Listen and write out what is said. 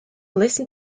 listen